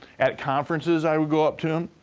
at conferences, i would go up to them,